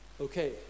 Okay